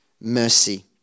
mercy